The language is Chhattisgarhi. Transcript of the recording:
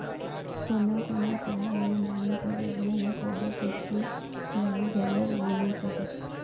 कोनों कोनों साल म धान के जघा म कोदो, कुटकी, राई घलोक बोना चाही